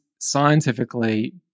scientifically